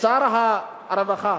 שר הרווחה,